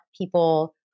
people